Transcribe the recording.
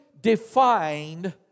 defined